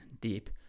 deep